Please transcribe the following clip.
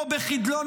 בחדלון